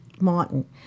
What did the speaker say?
martin